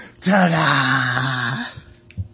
Ta-da